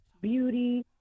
beauty